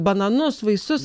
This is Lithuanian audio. bananus vaisius